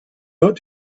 got